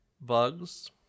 bugs